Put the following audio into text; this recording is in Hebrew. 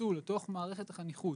ייכנסו לתוך מערכת החניכות